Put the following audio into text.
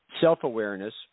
self-awareness